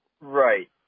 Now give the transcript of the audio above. Right